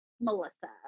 melissa